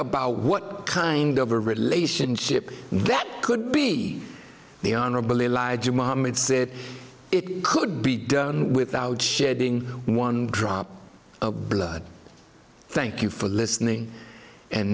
about what kind of a relationship that could be the honorable elijah muhammad said it could be done without shedding one drop of blood thank you for listening and